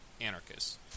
anarchists